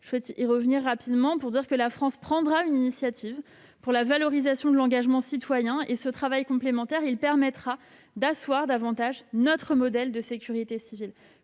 Je souhaite y revenir brièvement pour dire que la France prendra une initiative pour la valorisation de l'engagement citoyen ; ce travail complémentaire permettra d'asseoir davantage notre modèle de sécurité civile.